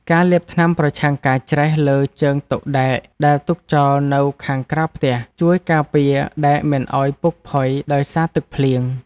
ការលាបថ្នាំប្រឆាំងការច្រេះលើជើងតុដែកដែលទុកចោលនៅខាងក្រៅផ្ទះ ជួយការពារដែកមិនឱ្យពុកផុយដោយសារទឹកភ្លៀង។